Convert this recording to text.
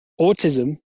Autism